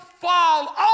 fall